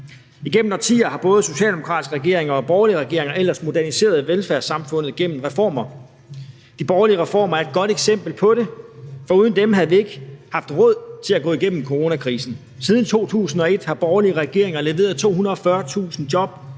det. I årtier har både socialdemokratiske regeringer og borgerlige regeringer ellers moderniseret velfærdssamfundet gennem reformer. De borgerlige reformer er et godt eksempel på det, for uden dem havde vi ikke haft råd til at gå igennem coronakrisen. Siden 2001 har borgerlige regeringer leveret 240.000 job,